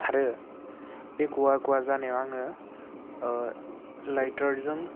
आरो बे गवा गवा जानायाव आङो लाइटारजों